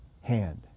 hand